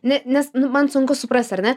nes man sunku suprasti ar ne